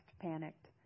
panicked